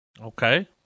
Okay